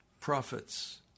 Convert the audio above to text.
prophets